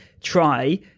try